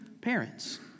parents